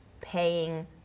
paying